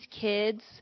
kids